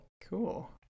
Cool